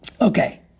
Okay